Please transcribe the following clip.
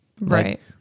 Right